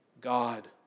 God